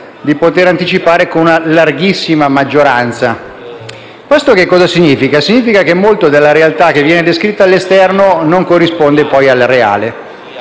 di poter anticipare - con larghissima maggioranza. Questo significa che molta della realtà che viene descritta all'esterno non corrisponde poi alla realtà.